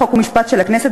חוק ומשפט של הכנסת,